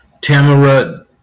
tamara